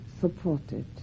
supported